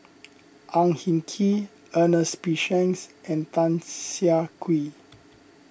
Ang Hin Kee Ernest P Shanks and Tan Siah Kwee